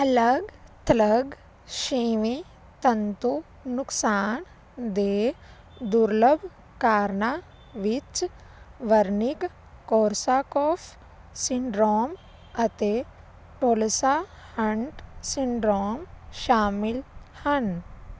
ਅਲੱਗ ਥਲੱਗ ਛੇਵੇਂ ਤੰਤੂ ਨੁਕਸਾਨ ਦੇ ਦੁਰਲੱਭ ਕਾਰਨਾਂ ਵਿੱਚ ਵਰਨਿਕ ਕੋਰਸਾਕੋਫ ਸਿੰਡਰੋਮ ਅਤੇ ਟੋਲੋਸਾ ਹੰਟ ਸਿੰਡਰੋਮ ਸ਼ਾਮਲ ਹਨ